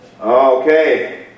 okay